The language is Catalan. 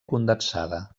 condensada